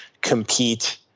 compete